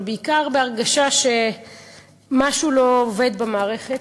אבל בעיקר בהרגשה שמשהו לא עובד במערכת,